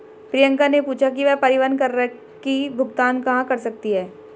प्रियंका ने पूछा कि वह परिवहन कर की भुगतान कहाँ कर सकती है?